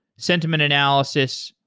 sentiment analysis,